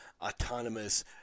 autonomous